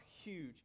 huge